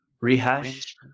rehash